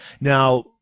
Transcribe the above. Now –